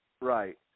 Right